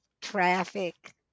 traffic